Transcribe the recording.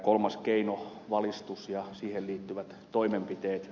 kolmas keino on valistus ja siihen liittyvät toimenpiteet